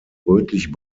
rötlich